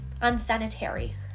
unsanitary